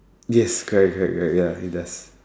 yes correct correct correct ya it does